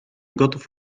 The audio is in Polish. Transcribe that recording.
gotów